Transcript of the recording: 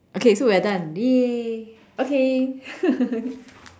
okay so we're done !yay! okay